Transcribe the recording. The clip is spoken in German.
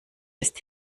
ist